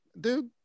dude